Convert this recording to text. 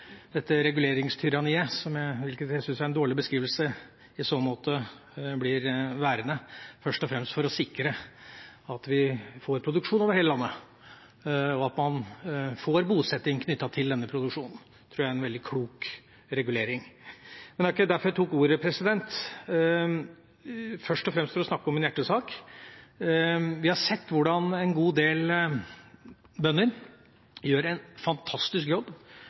dette reguleringstyranniet – hvilket jeg syns er en dårlig beskrivelse – i så måte blir værende, først og fremst for å sikre at vi får produksjon over hele landet, og at man får bosetting knyttet til denne produksjonen. Det tror jeg er en veldig klok regulering. Det var ikke derfor jeg tok ordet, det var først og fremst for å snakke om en hjertesak. Vi har sett hvordan en god del bønder gjør en fantastisk jobb